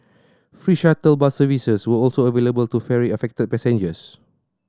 free shuttle bus services were also available to ferry affected passengers